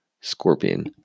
scorpion